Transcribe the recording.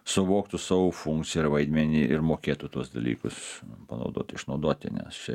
suvoktų savo funkciją ir vaidmenį ir mokėtų tuos dalykus panaudoti išnaudoti nes čia